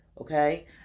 Okay